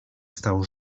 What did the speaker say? stał